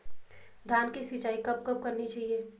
धान की सिंचाईं कब कब करनी चाहिये?